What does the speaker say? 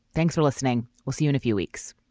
thanks for listening. we'll see you in a few weeks